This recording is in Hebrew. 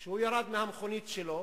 וכשהוא ירד מהמכונית שלו